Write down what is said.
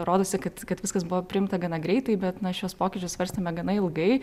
rodosi kad kad viskas buvo priimta gana greitai bet na šiuos pokyčius svarstėme gana ilgai